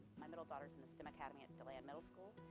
my middle daughter's in the stem academy at and deland middle school,